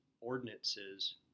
ordinances